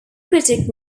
critic